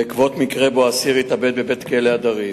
בעקבות מקרה שאסיר התאבד בבית-הכלא "הדרים".